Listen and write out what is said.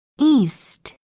East